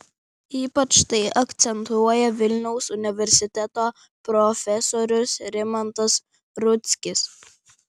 ypač tai akcentuoja vilniaus universiteto profesorius rimantas rudzkis